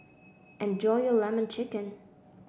enjoy your lemon chicken